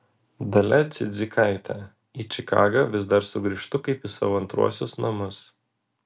dalia cidzikaitė į čikagą vis dar sugrįžtu kaip į savo antruosius namus